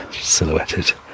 silhouetted